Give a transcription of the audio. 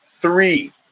Three